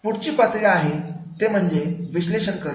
पुढची पातळी आहे विश्लेषण करणे